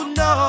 no